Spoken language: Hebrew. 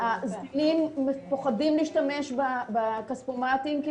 הזקנים מפוחדים להשתמש בכספומטים כי